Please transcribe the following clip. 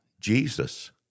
Jesus